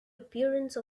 appearance